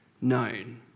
known